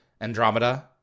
Andromeda